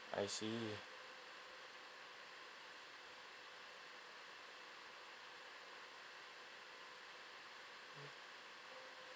I see